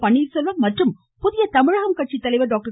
பன்னீர்செல்வம் மற்றும் புதிய தமிழகம் கட்சித்தலைவர் டாக்டர்